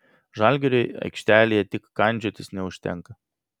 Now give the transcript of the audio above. žalgiriui aikštelėje tik kandžiotis neužtenka